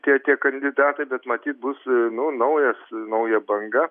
tie tie kandidatai bet matyt bus nu naujas nauja banga